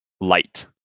light